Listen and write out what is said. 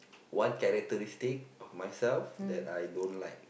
what characteristic of myself that I don't like